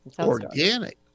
organic